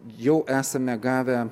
jau esame gavę